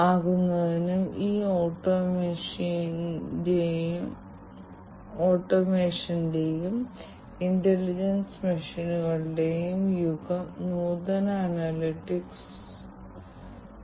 ഈ വ്യത്യസ്ത പ്രവർത്തനങ്ങളുടെ ഒളിഞ്ഞിരിക്കുന്ന അർത്ഥവും വ്യവസായത്തിൽ പ്രവർത്തിക്കുന്ന ഈ വ്യത്യസ്ത യന്ത്രങ്ങളുടെ അവസ്ഥയും മനസ്സിലാക്കാൻ ഈ വോളിയം ഡാറ്റയും വ്യത്യസ്ത അനലിറ്റിക്സ് ബുദ്ധിപരമായി പ്രവർത്തിപ്പിക്കുന്നതും ഇപ്പോൾ സാധ്യമാണ്